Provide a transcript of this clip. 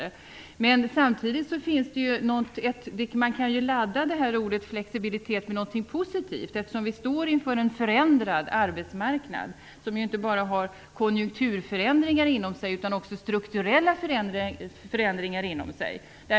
Samtidigt kan man ladda ordet flexibilitet med någonting positivt, eftersom vi står inför en förändrad arbetsmarknad som inte bara har konjunkturförändringar inom sig utan också strukturella förändringar.